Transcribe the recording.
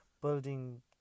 building